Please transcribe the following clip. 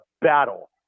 battle